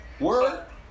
Word